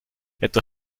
etwa